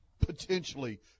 Potentially